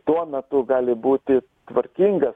tuo metu gali būti tvarkingas